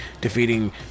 defeating